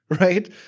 right